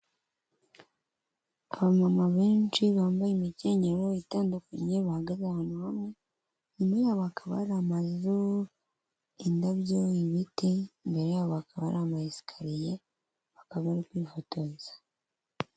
Abamama benshi bambaye imikenyero itandukanye, bahagaze ahantu hamwe, inyuma yabo hakaba hari amazu, indabyo, ibiti, imbere yabo hakaba hari ama esikariye, bakaba bari kwifotoza.